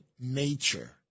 nature